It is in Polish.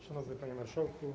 Szanowny Panie Marszałku!